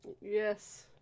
Yes